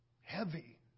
heavy